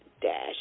Dash